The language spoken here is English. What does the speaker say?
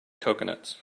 coconuts